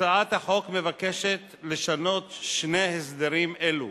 הצעת החוק מבקשת לשנות שני הסדרים אלו.